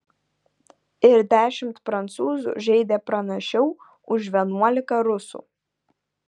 ir dešimt prancūzų žaidė pranašiau už vienuolika rusų